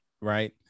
right